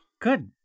Good